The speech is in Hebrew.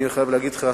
אני חייב להגיד לך,